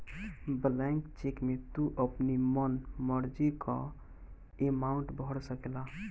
blank cheque में तू अपनी मन मर्जी कअ अमाउंट भर सकेला